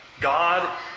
God